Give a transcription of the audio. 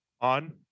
on